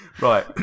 Right